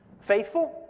faithful